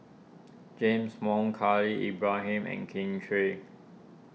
James Wong Khalil Ibrahim and Kin Chui